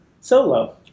solo